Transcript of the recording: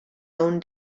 own